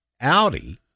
Audi